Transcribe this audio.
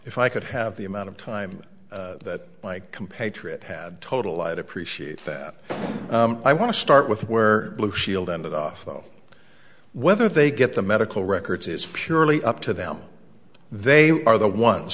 if i could have the amount of time that my compatriot had total i'd appreciate that i want to start with where blue shield ended off though whether they get the medical records is purely up to them they are the ones